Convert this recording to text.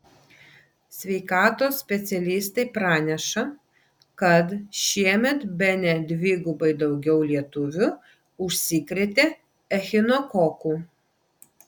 sveikatos specialistai praneša kad šiemet bene dvigubai daugiau lietuvių užsikrėtė echinokoku